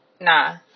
Nah